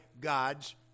God's